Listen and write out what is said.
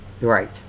Right